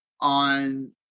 on